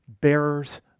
bearers